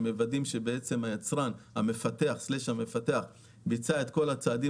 ומוודאים שהיצרן / המפתח ביצע את כל הצעדים